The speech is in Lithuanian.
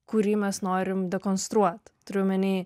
kurį mes norim dekonstruot turiu omeny